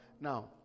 now